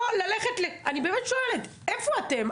אני באמת שואלת, איפה אתם?